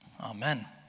Amen